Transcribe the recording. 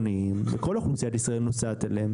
כל אוכלוסיית ישראל נוסעת על כבישים בין-עירוניים.